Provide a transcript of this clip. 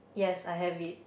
yes I have it